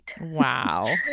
Wow